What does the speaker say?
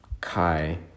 kai